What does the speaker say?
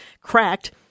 cracked